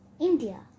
India